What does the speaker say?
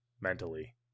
mentally